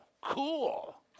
Cool